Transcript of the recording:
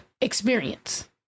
experience